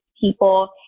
people